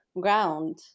ground